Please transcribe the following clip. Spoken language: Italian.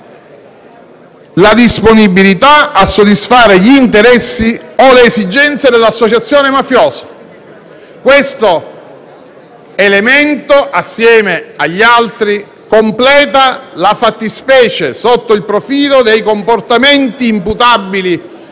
la disponibilità a soddisfare gli interessi o le esigenze dell'associazione mafiosa. Questo elemento, assieme agli altri, completa la fattispecie sotto il profilo dei comportamenti imputabili